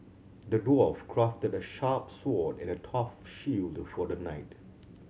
the dwarf crafted a sharp sword and a tough shield for the knight